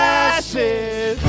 ashes